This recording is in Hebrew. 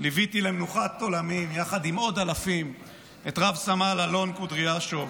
ליוויתי למנוחת עולמים יחד עם עוד אלפים את רב-סמל אלון קודריאשוב,